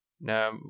Now